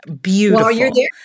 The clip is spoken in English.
Beautiful